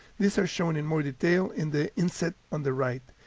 these are shown in more detail in the inset on the right.